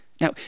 Now